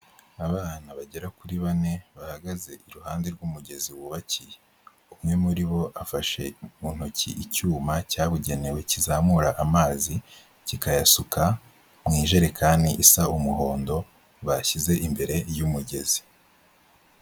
Abana bagera kuri bane bahagaze iruhande rw'umugezi wubakiye, umwe muri bo afashe mu ntoki icyuma cyabugenewe kizamura amazi kikayasuka mu ijerekani isa umuhondo bashyize imbere y'umugezi.